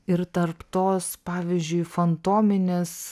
ir tarp tos pavyzdžiui fantominės